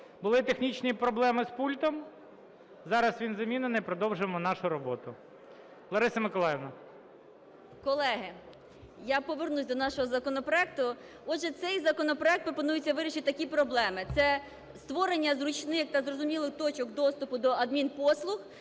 Були технічні проблеми з пультом, зараз він замінений, продовжуємо нашу роботу. Лариса Миколаївна. 16:35:17 БІЛОЗІР Л.М. Колеги, я повернуся до нашого законопроекту. Отже, цей законопроект пропонує вирішити такі проблеми. Це створення зручних та зрозумілих точок доступу до адмінпослуг.